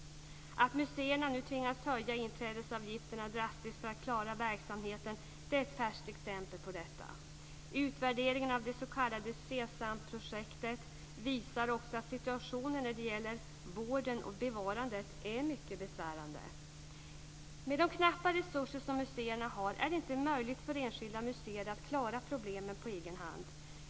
Att museerna nu tvingas höja inträdesavgifterna drastiskt för att klara verksamheten är ett färskt exempel på detta. Utvärderingen av det s.k. SESAM-projektet visar också att situationen när det gäller vården och bevarandet är mycket besvärande. Med de knappa resurser som museerna har är det inte möjligt för enskilda museer att klara problemen på egen hand.